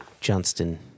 Johnston